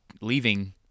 leaving